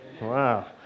Wow